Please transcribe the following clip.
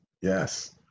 yes